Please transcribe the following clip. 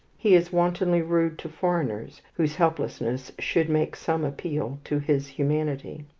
he is wantonly rude to foreigners, whose helplessness should make some appeal to his humanity.